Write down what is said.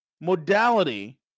modality